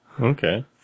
okay